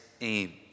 aim